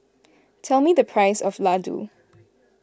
tell me the price of Ladoo